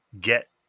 get